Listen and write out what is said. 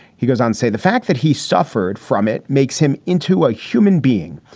he goes on, say, the fact that he suffered from it makes him into a human being.